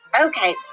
Okay